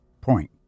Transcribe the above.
point